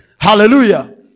Hallelujah